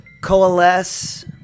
coalesce